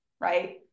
Right